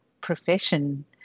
profession